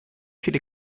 viele